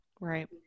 Right